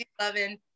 loving